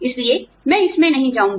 इसलिए मैं इसमें नहीं जाऊंगी